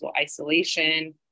isolation